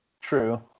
True